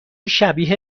شبیه